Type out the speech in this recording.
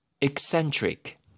Eccentric